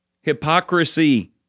hypocrisy